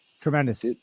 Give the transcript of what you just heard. Tremendous